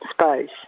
space